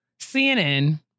CNN